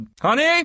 honey